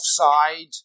offside